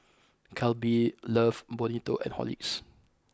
Calbee Love Bonito and Horlicks